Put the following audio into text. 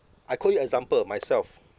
I call you example myself